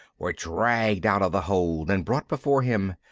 were dragged out of the hold and brought before him.